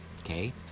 okay